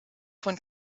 von